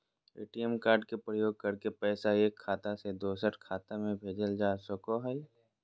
ATM card के प्रयोग करके पैसा एक खाता से दोसर खाता में भेजल जा सको हय